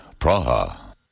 Praha